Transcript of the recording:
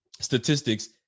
statistics